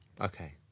Okay